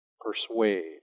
persuade